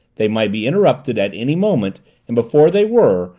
they might be interrupted at any moment and before they were,